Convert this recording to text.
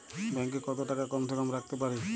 Bank এ কত টাকা কম সে কম রাখতে পারি?